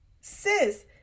Sis